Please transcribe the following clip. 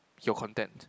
your content